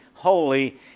Holy